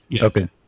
Okay